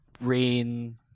rain